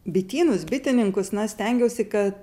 bitynus bitininkus na stengiausi kad